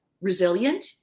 resilient